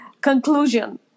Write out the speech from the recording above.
conclusion